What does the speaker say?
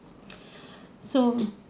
so